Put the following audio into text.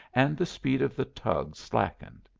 and the speed of the tug slackened.